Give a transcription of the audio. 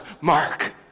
Mark